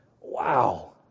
Wow